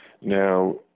Now